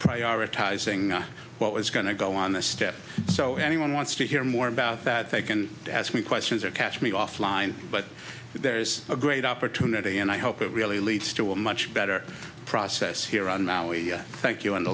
prioritizing what was going to go on the steps so if anyone wants to hear more about that they can ask me questions or catch me offline butt there's a great opportunity and i hope it really leads to a much better process here on maui thank you and a